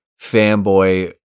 fanboy